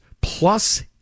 plus